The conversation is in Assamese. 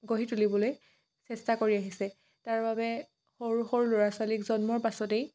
গঢ়ি তুলিবলৈ চেষ্টা কৰি আহিছে তাৰবাবে সৰু সৰু ল'ৰা ছোৱালীক জন্মৰ পাছতেই